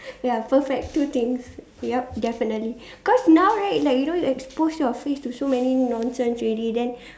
ya perfect two things yup definitely cause now right like you know you expose your face to so many nonsense already then